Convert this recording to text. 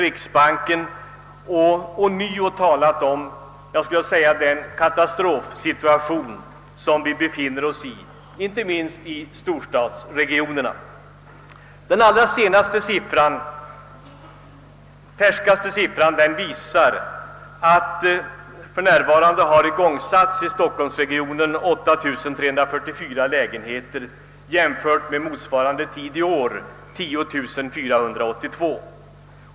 Här har ånyo påtalats den »katastrofsituation» vi befinner oss i, inte minst i storstadsregionerna. De allra färskaste siffrorna visar att det i stockholmsregionen i år igångsatts 8 344 lägenheter. Vid samma tid förra året hade 10482 lägenheter igångsatts.